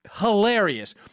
Hilarious